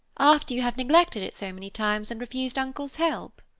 after you have neglected it so many times and refused uncle's help.